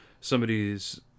somebody's